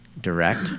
direct